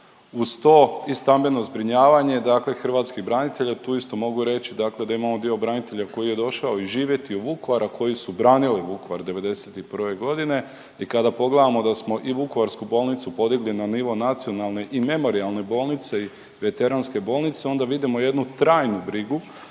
Uz to i stambeno zbrinjavanje dakle hrvatskih branitelja, tu isto mogu reći dakle da imamo dio branitelja koji je došao i živjeti u Vukovar, a koji su branili Vukovar '91.g. i kada pogledamo da smo i vukovarsku bolnicu podigli na nivo nacionalne i memorijalne bolnice i veteranske bolnice onda vidimo jednu trajnu brigu